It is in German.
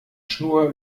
schnur